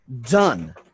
done